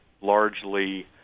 largely